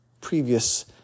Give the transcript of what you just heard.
previous